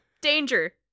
Danger